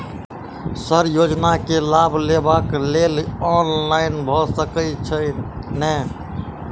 Sir योजना केँ लाभ लेबऽ लेल ऑनलाइन भऽ सकै छै नै?